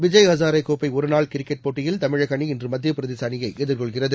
விஜய் ஹசாரே கோப்பை ஒருநாள் கிரிக்கெட் போட்டியில் தமிழக அணி இன்று மத்தியப்பிரதேச அணியை எதிர்கொள்கிறது